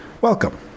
Welcome